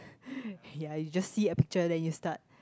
ye you just see a picture then you start